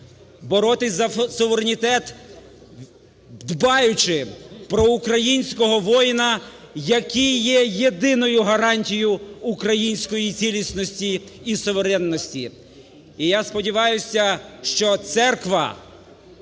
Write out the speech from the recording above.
боротися за суверенітет, дбаючи про українського воїна, який є єдиною гарантією української цілісності і суверенності. І я сподіваюся, що Церква